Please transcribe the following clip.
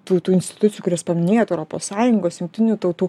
tų tų institucijų kurias paminėjot europos sąjungos jungtinių tautų